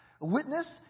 witness